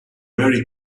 merry